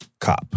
cop